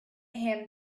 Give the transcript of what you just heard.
him